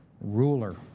ruler